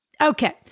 Okay